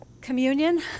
communion